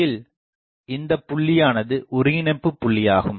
இதில் இந்தபுள்ளியானது ஒருங்கிணைப்புப் புள்ளியாகும்